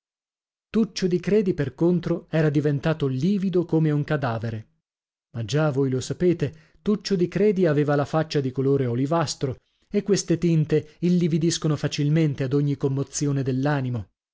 tuccio di credi per contro era diventato livido come un cadavere ma già voi lo sapete tuccio di credi aveva la faccia di colore olivastro e queste tinte illividiscono facilmente ad ogni commozione dell'animo